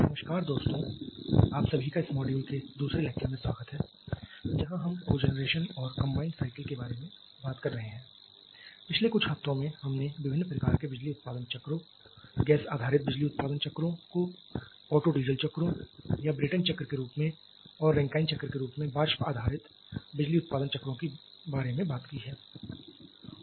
नमस्कार दोस्तों आप सभी का इस मॉड्यूल के दूसरे लेक्चर में स्वागत है जहां हम कोजनरेशन और कंबाइंड साइकिल के बारे में बात कर रहे हैं पिछले कुछ हफ्तों में हमने विभिन्न प्रकार के बिजली उत्पादन चक्रों गैस आधारित बिजली उत्पादन चक्रों को ऑटो डीजल चक्रों या ब्रेटन चक्र के रूप में और रंकाइन चक्र के रूप में वाष्प आधारित बिजली उत्पादन चक्रों के बारे में बात की है